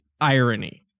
irony